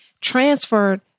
transferred